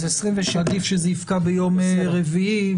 עדיף שזה יפקע ביום רביעי,